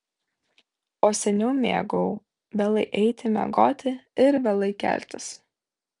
o seniau mėgau vėlai eiti miegoti ir vėlai keltis